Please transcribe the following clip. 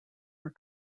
were